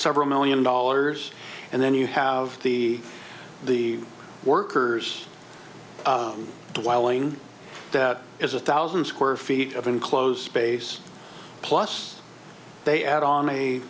several million dollars and then you have the the workers to whiling that is a thousand square feet of enclosed space plus they add on a